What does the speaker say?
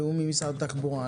שהוא ממשרד התחבורה,